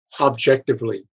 objectively